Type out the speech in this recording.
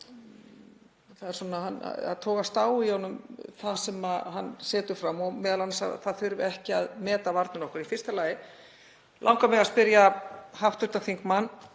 Mér fannst togast á í honum það sem hann setur fram og m.a. að það þurfi ekki að meta varnir okkar. Í fyrsta lagi langar mig að spyrja hv. þingmann